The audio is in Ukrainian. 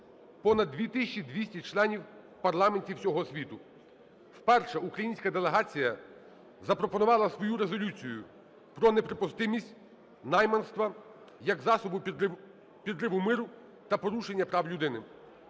тисячі 200 членів парламентів всього світу. Вперше українська делегація запропонувала свою Резолюцію про неприпустимість найманства як засобу підриву миру та порушення прав людини.